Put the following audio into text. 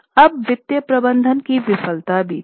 अब वित्तीय प्रबंधन की विफलता भी थी